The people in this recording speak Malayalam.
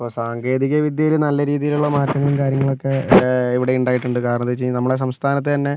ഇപ്പോൾ സാങ്കേതിക വിദ്യയില് നല്ല രീതിയിലുള്ള മാറ്റങ്ങളും കാര്യങ്ങളൊക്കെ ഇവിടെ ഉണ്ടായിട്ടുണ്ട് കാരണമെന്താണ് വെച്ചാൽ നമ്മുടെ സംസ്ഥാനത്തു തന്നെ